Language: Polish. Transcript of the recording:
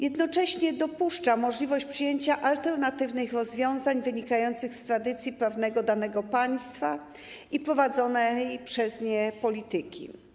Jednocześnie dopuszcza możliwość przyjęcia alternatywnych rozwiązań, wynikających z tradycji prawnych danego państwa i prowadzonej przez nie polityki.